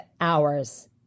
hours